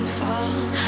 falls